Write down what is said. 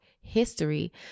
history